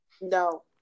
No